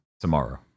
tomorrow